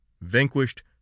vanquished